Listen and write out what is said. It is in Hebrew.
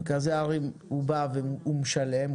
מרכזי הערים הוא בא והוא משלם,